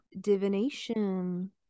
Divination